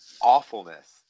awfulness